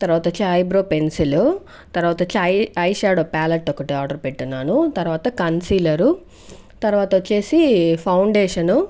తర్వాత వచ్చి eyebrow pencil తర్వాత తర్వాత వచ్చి ఐ ఐ షాడో ప్యాలెట్ ఒకటి ఆర్డర్ పెట్టి ఉన్నాను తర్వాత కన్సీలరు తర్వాత వచ్చేసి ఫౌండేషన్